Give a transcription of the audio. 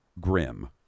grim